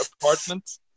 apartment